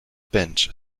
bench